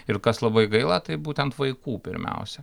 ir kas labai gaila tai būtent vaikų pirmiausia